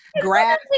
grab